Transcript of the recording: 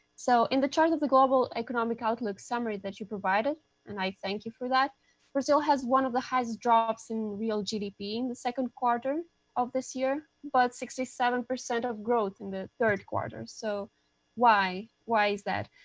so in the chart of the global economic outlook summary that you've provided and i thank you for that brazil has one of the highest drops in real gdp in the second quarter of this year, but sixty seven percent growth in the third quarter. so why? why is that?